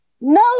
No